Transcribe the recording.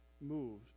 moved